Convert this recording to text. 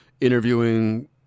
interviewing